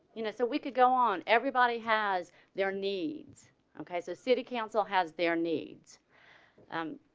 you know so we could go on everybody has their needs okay so city council has their needs um